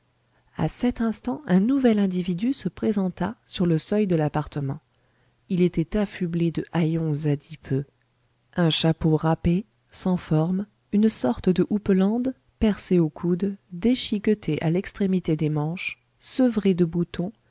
a cet instant un nouvel individu se présenta sur le seuil de l'appartement il était affublé de haillons adipeux un chapeau râpé sans forme une sorte de houppelande percée aux coudes déchiquetée à l'extrémité des manches sevrée de boutons